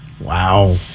Wow